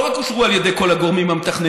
רק נקבעו על ידי כל הגורמים המתכננים,